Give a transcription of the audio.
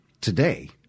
today